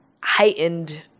heightened